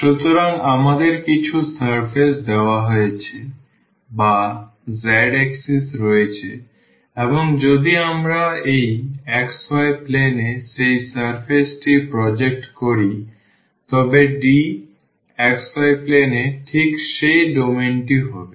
সুতরাং আমাদের কিছু সারফেস দেওয়া হয়েছে বা z axis রয়েছে এবং যদি আমরা এই xy plane এ সেই সারফেসটি প্রজেক্ট করি তবে D xy plane এ ঠিক সেই ডোমেইন হবে